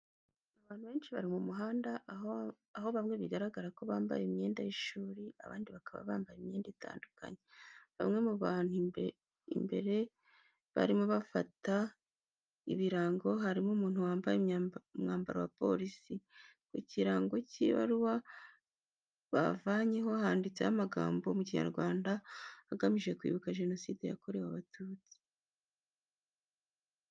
Abantu benshi bari mu muhanda aho bamwe bigaragara ko bambaye imyenda y'ishuri abandi bakaba bambaye imyenda itandukanye. Bamwe mu bantu imbere barimo bafata ibirango harimo umuntu wambaye umwambaro wa polisi. Ku kirango cy'ibaruwa bavanyeho, handitse amagambo mu Kinyarwanda agamije kwibuka Genocide yakorewe Abatutsi.